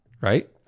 right